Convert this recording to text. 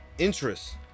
Interest